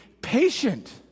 patient